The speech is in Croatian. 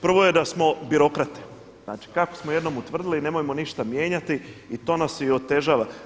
Prvo je da smo birokrate, znači kako smo jednom utvrdili nemojmo ništa mijenjati i to nas i otežava.